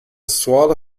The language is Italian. suolo